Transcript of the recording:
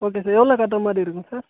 okay sir எவ்வளோ கட்டுற மாதிரி இருக்கும் சார்